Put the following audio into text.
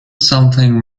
something